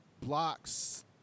blocks